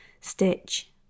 stitch